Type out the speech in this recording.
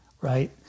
right